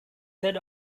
head